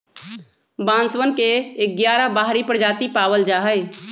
बांसवन के ग्यारह बाहरी प्रजाति पावल जाहई